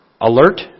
alert